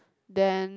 then